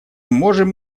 можем